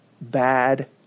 bad